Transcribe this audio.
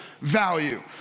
value